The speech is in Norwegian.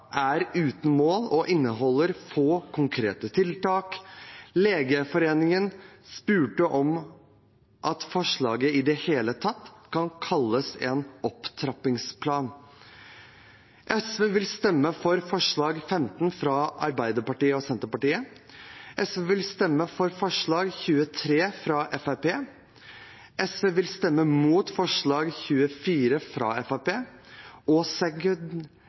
er uten mål og inneholder få konkrete tiltak. Legeforeningen spurte om forslaget i det hele tatt kan kalles en opptrappingsplan. SV vil stemme for forslag nr. 15, fra Arbeiderpartiet og Senterpartiet. SV vil stemme for forslag nr. 23, fra Fremskrittspartiet. SV vil stemme imot forslag nr. 24, fra Fremskrittspartiet, og